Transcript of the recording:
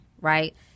right